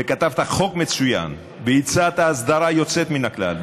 וכתבת חוק מצוין, והצעת הסדרה יוצאת מן הכלל.